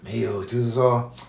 没有就是说